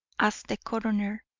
asked the coroner,